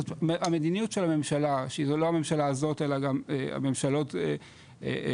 המדיניות של הממשלה שזה לא הממשלה הזאת אלא גם הממשלות הקודמות